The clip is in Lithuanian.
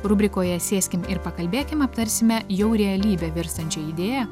rubrikoje sėskim ir pakalbėkim aptarsime jau realybe virstančią idėją